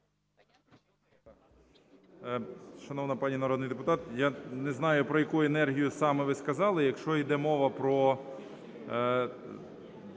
Шановна пані народний депутат, я не знаю, про яку енергію саме ви сказали. Якщо йде мова про